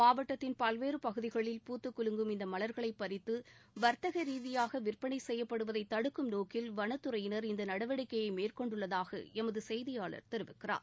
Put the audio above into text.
மாவட்டத்தின் பல்வேறு பகுதிகளில் பூத்துக் குலுங்கும் இந்த மலர்களை பறித்து வர்த்தக ரீதியாக விற்பனை செய்யப்படுவதை தடுக்கும் நோக்கில் வனத்துறையினர் நடவடிக்கையை இந்த மேற்கொண்டுள்ளதாக எமது செய்தியாளர் தெரிவிக்கிறார்